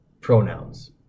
pronouns